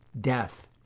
death